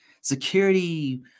security